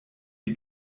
die